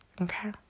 okay